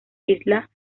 islas